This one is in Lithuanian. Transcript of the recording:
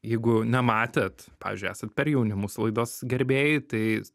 jeigu nematėt pavyzdžiui esat per jauni mus laidos gerbėjai tai